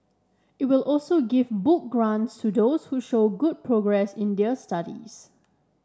it will also give book grants to those who show good progress in their studies